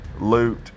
loot